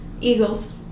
eagles